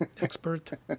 expert